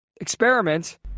experiment